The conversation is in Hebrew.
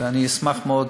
ואני אשמח מאוד,